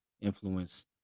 influence